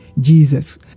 Jesus